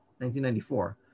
1994